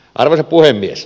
arvoisa puhemies